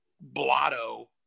blotto